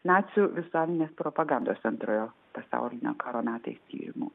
nacių visuomenės propagandos antrojo pasaulinio karo metais tyrimu